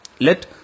Let